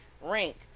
rank